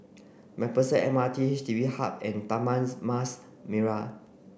MacPherson M R T Station H D B Hub and Taman Mas Merah